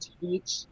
teach